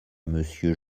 monsieur